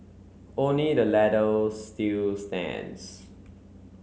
only the latter still stands